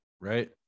right